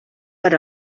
per